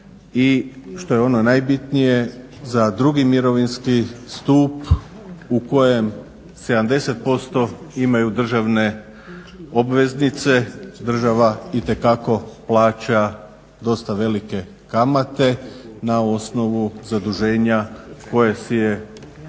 i što je ono najbitnije za drugi mirovinski stup u kojem 70% imaju državne obveznice država itekako plaća dosta velike kamate na osnovu zaduženja koje si je